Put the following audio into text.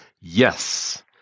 yes